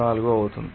024 అవుతుంది